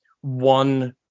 one